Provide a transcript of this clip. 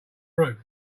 roof